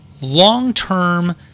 long-term